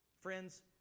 Friends